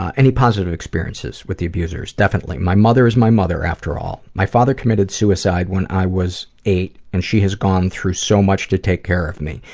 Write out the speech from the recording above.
any positives experiences with the abusers, definitely, my mother is my mother after all. my father committed suicide when i was eight and she has gone through so much to take care of me.